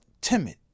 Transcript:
timid